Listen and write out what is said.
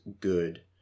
good